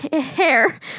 hair